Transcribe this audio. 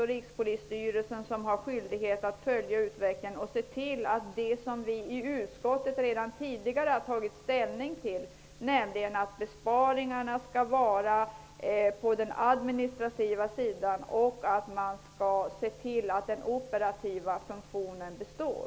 Rikspolisstyrelsen har skyldighet att följa utvecklingen och att se till att verksamheten följer de riktlinjer som vi i utskottet redan tidigare har tagit ställning till, nämligen att besparingarna skall ske på den administrativa sidan och att man skall se till att den operativa funktionen består.